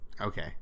okay